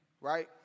right